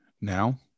now